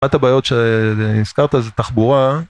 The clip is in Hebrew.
אחת הבעיות שהזכרת זה תחבורה